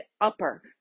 upper